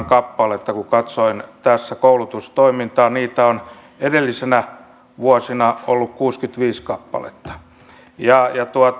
kappaletta kun katsoin tässä koulutustoimintaa on edellisinä vuosina ollut kuusikymmentäviisi kappaletta